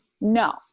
No